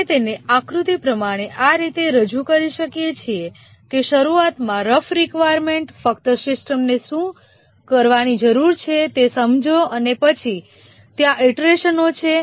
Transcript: આપણે તેને આકૃતિ પ્રમાણે આ રીતે રજૂ કરી શકીએ છીએ કે શરૂઆતમાં રફ રિકવાયર્મેન્ટ ફક્ત સિસ્ટમને શું કરવાની જરૂર છે તે સમજો અને પછી ત્યાં ઇટરેશનો છે